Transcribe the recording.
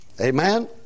Amen